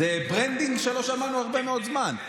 זה ברנדינג שלא שמענו הרבה מאוד זמן,